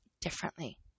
differently